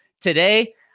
today